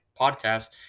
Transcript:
podcast